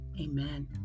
Amen